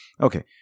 Okay